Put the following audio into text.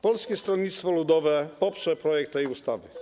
Polskie Stronnictwo Ludowe poprze projekt tej ustawy.